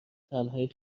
تنهایی